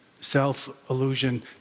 Self-illusion